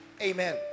Amen